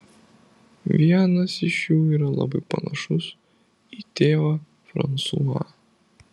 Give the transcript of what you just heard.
vienas iš jų yra labai panašus į tėvą fransuą